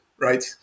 right